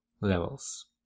levels